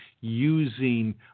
using